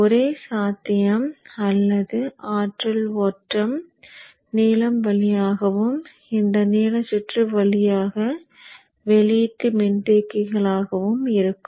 ஒரே சாத்தியம் அல்லது ஆற்றல் ஓட்டம் நீலம் வழியாகவும் இந்த நீல சுற்று வழியாக வெளியீட்டு மின்தேக்கிகளாகவும் இருக்கும்